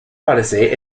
policy